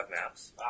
maps